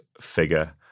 figure